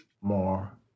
more